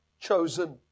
chosen